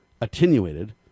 attenuated